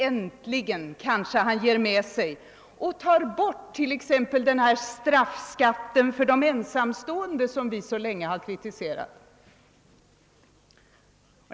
Äntligen kanske han ger med sig och tar bort t.ex. straffskatten för de ensamstående som vi så länge har kritiserat.